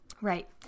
Right